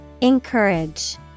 Encourage